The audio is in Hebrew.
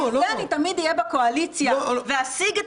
בשביל זה אהיה תמיד בקואליציה ואשיג את